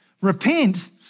Repent